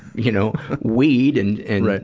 you know, weed and, and,